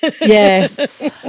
yes